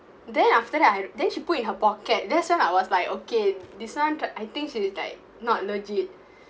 then after that I re~ then she put in her pocket that's why I was like okay this one I think she's like not legit